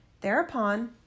Thereupon